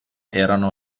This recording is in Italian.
erano